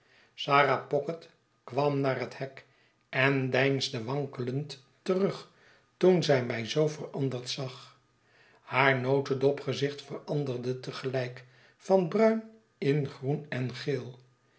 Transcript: sarah pocket kwam naar het hek en deinsde wankelend terug toen zij mij zoo veranderd zag haar notedopgezicht veranderde te gelijk van bruin in groen en geek